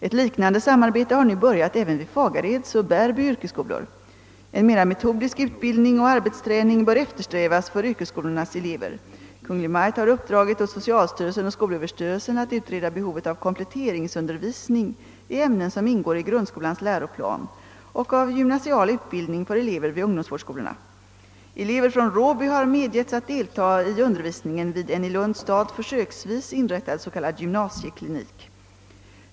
Ett liknande samarbete har nu börjat även vid Fagareds och Bärby yrkesskolor. En mera metodisk utbildning och arbetsträning bör eftersträvas för yrkesskolornas elever. Kungl. Maj:t har uppdragit åt socialstyrelsen och skolöverstyrelsen att utreda behovet av kompletteringsundervisning i ämnen som ingår i grundskolans läroplan och av gymnasial utbildning för elever vid ungdomsvårdsskolorna. Elever från Råby har medgetts att delta i undervisningen vid en i Lunds stad försöksvis inrättad s.k. gymnasieklinik.